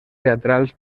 teatrals